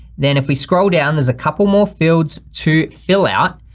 then if we scroll down there's a couple more fields to fill out.